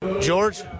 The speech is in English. George